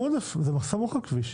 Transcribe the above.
זה סמוך לכביש.